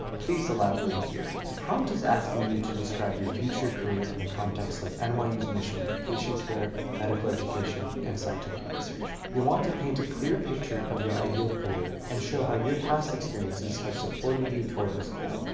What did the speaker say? please elaborate here. the prompt is asking you to describe your future career in the context of and nyu's mission of patient care, medical education, and scientific research. you'll want to paint a clear picture of your ideal career and show how your past experiences have supported you toward this goal.